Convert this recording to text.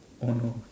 oh no